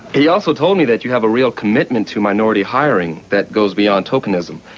he also told me that you have a real commitment to minority hiring that goes beyond tokenism.